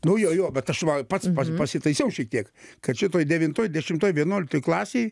nuo jo jo bet aš pats pa pasitaisiau šiek tiek kad šitoj devintoj dešimtoj vienuoliktoj klasėj